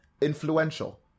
influential